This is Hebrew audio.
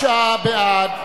39 בעד,